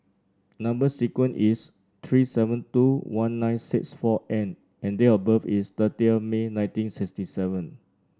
number sequence is three seven two one nine six four N and date of birth is thirty of May nineteen sixty seven